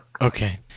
okay